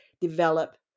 develop